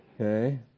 Okay